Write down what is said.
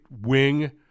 wing